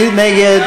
מי נגד?